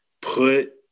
put